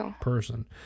person